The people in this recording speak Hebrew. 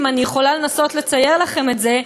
אם אני יכולה לנסות לצייר לכם את זה,